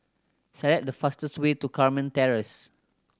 select the fastest way to Carmen Terrace